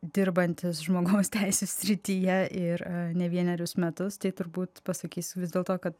dirbantis žmogaus teisių srityje ir ne vienerius metus tai turbūt pasakysiu vis dėlto kad